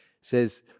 says